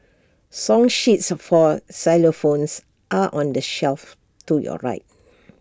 song sheets for xylophones are on the shelf to your right